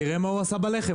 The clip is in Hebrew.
תראה מה הוא עשה בלחם,